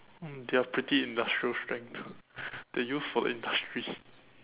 mm there are pretty industrial strength too they are used for industry